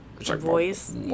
voice